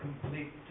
complete